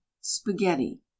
Spaghetti